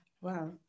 Wow